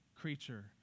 creature